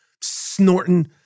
snorting